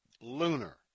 Lunar